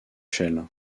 shell